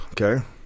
okay